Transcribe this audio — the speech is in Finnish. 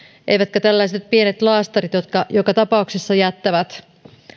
eivätkä tällaiset pienet laastarit jotka joka tapauksessa jättävät